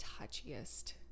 touchiest